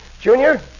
Junior